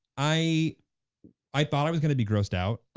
i i thought i was gonna be grossed out,